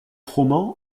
roman